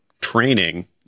training